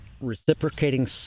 reciprocating